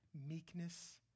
meekness